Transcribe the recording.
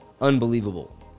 Unbelievable